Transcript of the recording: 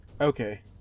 Okay